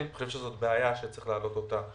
אני חושב שזאת בעיה שצריך להעלות אותה.